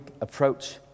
approach